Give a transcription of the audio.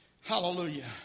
Hallelujah